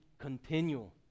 continual